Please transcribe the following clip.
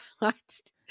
watched